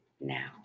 now